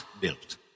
built